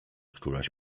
któraś